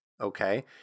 okay